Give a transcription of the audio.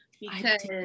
because-